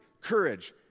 courage